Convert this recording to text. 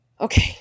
okay